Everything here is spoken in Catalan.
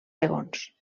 segons